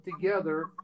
together